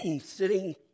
sitting